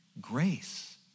Grace